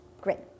Great